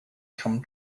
come